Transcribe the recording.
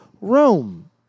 Rome